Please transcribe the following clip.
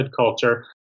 culture